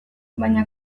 baina